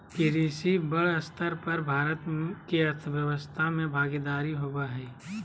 कृषि बड़ स्तर पर भारत के अर्थव्यवस्था में भागीदारी होबो हइ